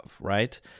right